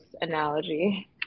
analogy